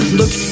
look